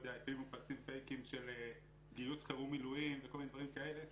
למשל גיוס חירום מילואים וכל מיני דברים כאלה.